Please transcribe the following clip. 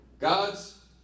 God's